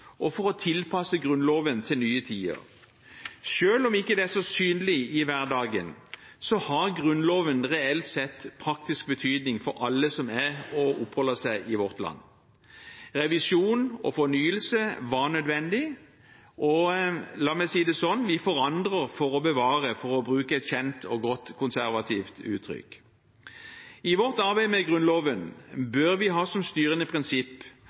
og for å tilpasse Grunnloven til nye tider. Selv om det ikke er så synlig i hverdagen, har Grunnloven reelt sett praktisk betydning for alle som er i og oppholder seg i vårt land. Revisjon og fornyelse var nødvendig. Vi forandrer for å bevare – for å bruke et kjent og godt konservativt uttrykk. I vårt arbeid med Grunnloven bør vi ha som styrende prinsipp